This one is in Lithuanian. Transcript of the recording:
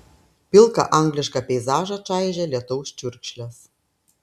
pilką anglišką peizažą čaižė lietaus čiurkšlės